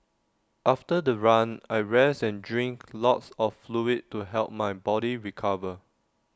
after the run I rest and drink lots of fluid to help my body recover